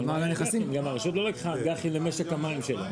גם הרשות לא לקחה --- למשק המים שלה.